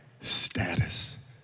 status